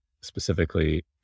specifically